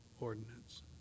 ordinance